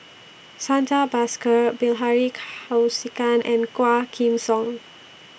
Santha Bhaskar Bilahari Kausikan and Quah Kim Song